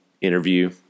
interview